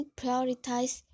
prioritize